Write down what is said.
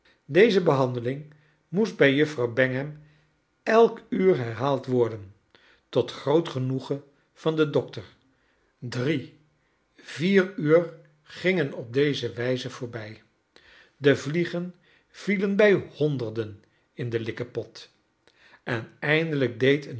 deze behandeling moest bij juffrouw bingham elk uur herhaald worden tot groot genoegen van den dokter drie vier uur gingen op deze wijze voorbij de vliegen vielen bij honderden in den likkepot en eindelijk deed